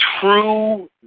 true